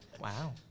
Wow